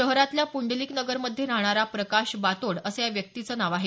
शहरातल्या पुंडलीक नगरमध्ये राहणारा प्रकाश बाताडे असं या व्यक्तीचं नाव आहे